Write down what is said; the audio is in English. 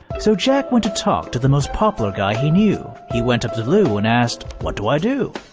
so jack went to talk to the most popular guy he knew. he went up to lou and asked, what do i do?